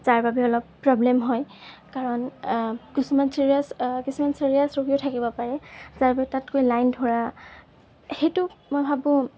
যাৰ বাবে অলপ প্ৰব্লেম হয় কাৰণ কিছুমান ছিৰিয়াছ কিছুমান ছিৰিয়াছ ৰোগীও থাকিব পাৰে যাৰ বাবে তাত গৈ লাইন ধৰা সেইটো মই ভাবোঁ